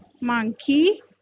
monkey